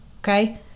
okay